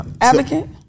advocate